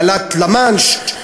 תעלת למאנש,